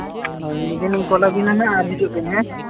ᱦᱳᱭ ᱢᱤᱫ ᱫᱤᱱ ᱤᱧ ᱠᱚᱞ ᱟᱹᱵᱤᱱᱟ ᱱᱟᱦᱟᱸᱜ ᱟᱨ ᱦᱤᱡᱩᱜ ᱵᱤᱱ